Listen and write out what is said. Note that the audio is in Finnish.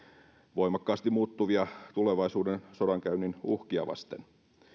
voimakkaasti muuttuvia tulevaisuuden sodankäynnin uhkia vasten